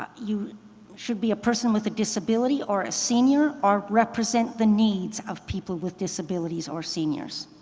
ah you should be a person with a disability or a senior or represent the needs of people with disabilities or seniors.